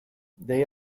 they